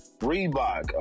Reebok